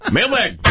Mailbag